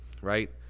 right